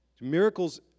Miracles